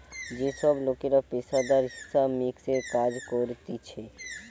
যে সব লোকরা পেশাদারি হিসাব মিক্সের কাজ করতিছে